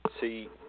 see